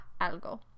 algo